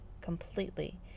completely